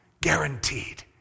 guaranteed